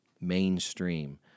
mainstream